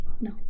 No